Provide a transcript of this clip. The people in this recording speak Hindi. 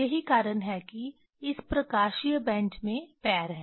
यही कारण है कि इस प्रकाशीय बेंच में पैर हैं